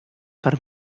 per